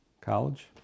College